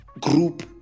group